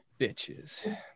bitches